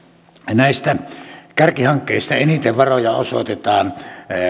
näistä kärkihankkeista eniten varoja osoitetaan